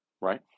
right